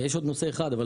יש עוד נושא אחד, אבל